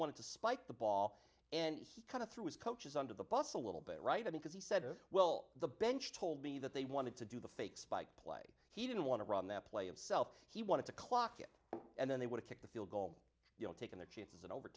wanted to spike the ball and he kind of threw his coaches under the bus a little bit right up because he said well the bench told me that they wanted to do the fake spike play he didn't want to run that play itself he wanted to clock it and then they would kick the field goal you know taken their chances and over